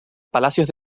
palacios